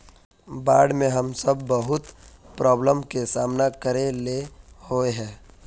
बाढ में हम सब बहुत प्रॉब्लम के सामना करे ले होय है?